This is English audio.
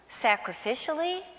sacrificially